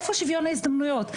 איפה שוויון ההזדמנויות?